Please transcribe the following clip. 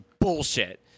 bullshit